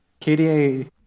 kda